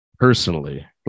Personally